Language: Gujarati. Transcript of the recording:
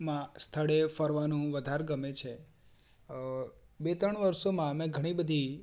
માં સ્થળે ફરવાનું વધાર ગમે છે બે ત્રણ વર્ષોમાં મેં ઘણી બધી